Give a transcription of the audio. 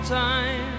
time